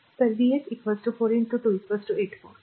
तर V s 4 2 8 volt